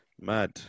mad